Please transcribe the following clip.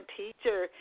teacher